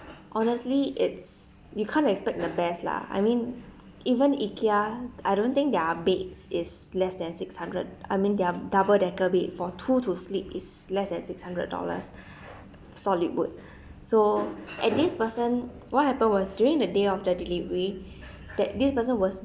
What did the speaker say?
honestly it's you can't expect the best lah I mean even ikea I don't think their bed is less than six hundred I mean their double decker bed for two to sleep is less at six hundred dollars solid wood so and this person what happened was during the day of the delivery that this person was